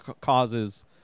causes